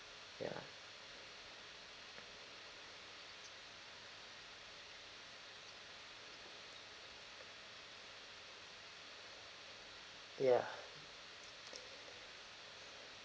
ya ya